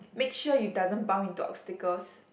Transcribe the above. make sure you doesn't bump into obstacles